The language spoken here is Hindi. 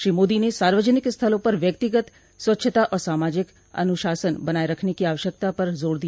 श्री मोदी ने सार्वजनिक स्थलों पर व्यक्तिगत स्वच्छता और सामाजिक अनुशासन बनाए रखने की आवश्यकता पर जोर दिया